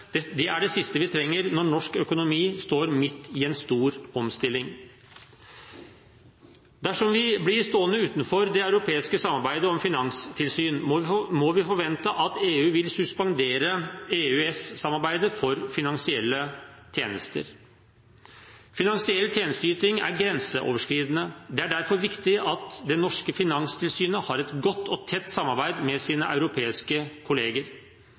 bedrifter. Det er det siste vi trenger når norsk økonomi står midt i en stor omstilling. Dersom vi blir stående utenfor det europeiske samarbeidet om finanstilsyn, må vi forvente at EU vil suspendere EØS-samarbeidet for finansielle tjenester. Finansiell tjenesteyting er grenseoverskridende. Det er derfor viktig at det norske finanstilsynet har et godt og tett samarbeid med sine europeiske kolleger.